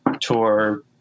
tour